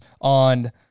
on